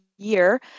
year